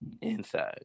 inside